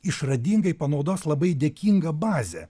išradingai panaudos labai dėkingą bazę